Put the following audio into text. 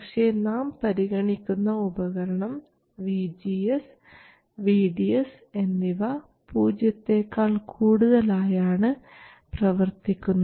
പക്ഷേ നാം പരിഗണിക്കുന്ന ഉപകരണം VGS VDS എന്നിവ പൂജ്യത്തെക്കാൾ കൂടുതൽ ആയാണ് പ്രവർത്തിക്കുന്നത്